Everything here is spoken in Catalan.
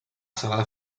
sagrada